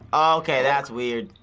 okay, that's weird.